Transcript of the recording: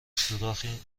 سوراخی